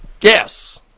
Yes